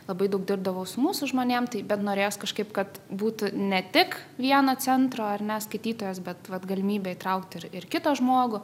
labai daug dirbdavau su mūsų žmonėm taip bet norėjos kažkaip kad būtų ne tik vieno centro ar ne skaitytojas bet vat galimybė įtraukti ir ir kitą žmogų